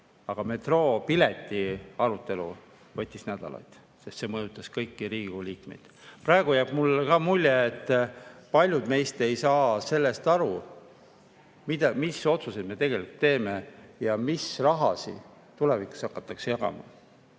Aga metroopileti arutelu võttis nädalaid, sest see mõjutas kõiki [Kongressi] liikmeid. Praegu jääb mulle mulje, et paljud meist ei saa aru, mis otsuseid me tegelikult teeme ja mis rahasid tulevikus hakatakse jagama.